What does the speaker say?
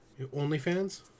OnlyFans